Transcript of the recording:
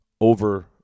over